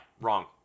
Wrong